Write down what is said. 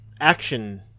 action